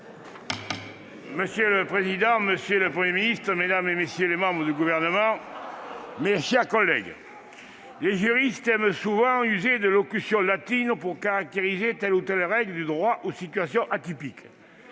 Monsieur le président, monsieur le Premier ministre, madame, messieurs les membres du Gouvernement, mes chers collègues, les juristes aiment user de locutions latines pour caractériser telle ou telle règle de droit ou situation atypique,